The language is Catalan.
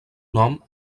nom